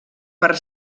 per